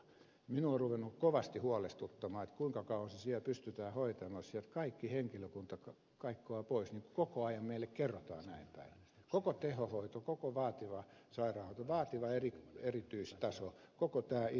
minua on ruvennut kovasti huolestuttamaan kuinka kauan se siellä pystytään hoitamaan jos sieltä kaikki henkilökunta kaikkoaa pois niin kuin koko ajan meille kerrotaan näinpäin koko tehohoito koko vaativa sairaanhoito vaativa erityistaso koko tämä iso klimppi